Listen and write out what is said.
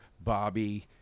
Bobby